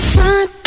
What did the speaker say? Front